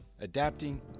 adapting